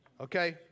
okay